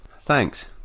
Thanks